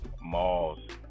malls